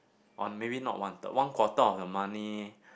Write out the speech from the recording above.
on maybe not one third one quarter of the money